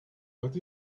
but